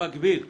במקביל,